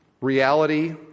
reality